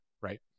right